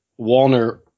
Walner